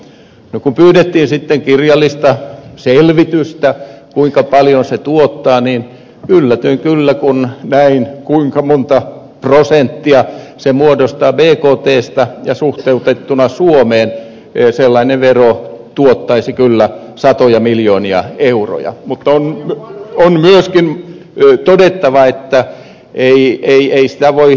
kun pyydettiin sitten kirjallista selvitystä siitä kuinka paljon se tuottaa niin yllätyin kyllä kun näin kuinka monta prosenttia se muodostaa bktstä ja suhteutettuna suomeen sellainen vero tuottaisi kyllä satoja miljoonia euroja mutta jos liitosta näyttää nellin mielestä oli